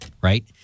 right